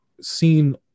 seen